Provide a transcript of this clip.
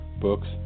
Books